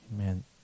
Amen